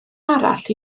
arall